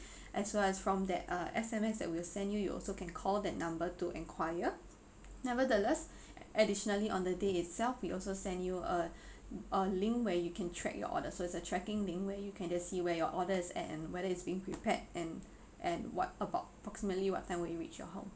as well as from that uh S_M_S that we'll send you you also can call that number to enquire nevertheless additionally on the day itself we'll also send you a a link where you can track your order so it's a tracking thing where you can see where your order is at and whether it's being prepared and and what about approximately what time will it reach your home